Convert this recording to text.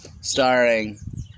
starring